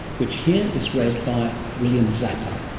which here is read by william zappa.